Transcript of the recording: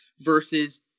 versus